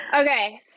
Okay